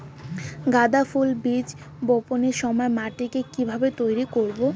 গাদা ফুলের বীজ বপনের সময় মাটিকে কিভাবে তৈরি করব?